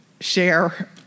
share